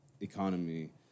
economy